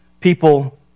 people